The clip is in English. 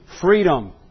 freedom